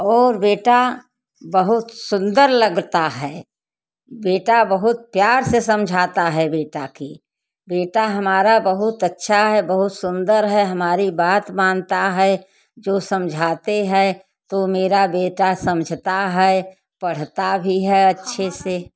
और बेटा बहुत सुंदर लगता है बेटा बहुत प्यार से समझाता है बेटा की बेटा हमारा बहुत अच्छा है बहुत सुंदर है हमारी बात मानता है जो समझाते हैं तो मेरा बेटा समझता है पढ़ता भी है अच्छे से